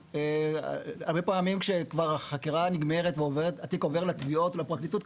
הרבה פעמים כשכבר החקירה נגמרת והתיק עובר לתביעות או לפרקליטות,